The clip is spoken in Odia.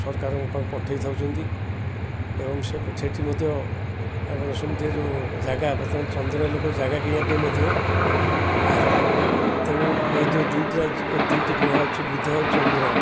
ସରକାରଙ୍କ ପାଖ ପଠାଇ ଥାଉଛନ୍ତି ଏବଂ ସେ ସେଠି ମଧ୍ୟ ଆପଣ ଶୁଣିଥିବେ ଯେଉଁ ଜାଗା ବର୍ତ୍ତମାନ ଚନ୍ଦ୍ର ଲୋକ ଜାଗା କିଣିବା ପାଇଁ ମଧ୍ୟ ବାହାରିଲଣି ତେଣୁ ଏଇ ଯେଉଁ ଦୁଇଟି ଦୁଇଟି ଗ୍ରହ ଅଛି ବୁଦ୍ଧ ଆଉ ଚନ୍ଦ୍ର